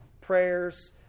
prayers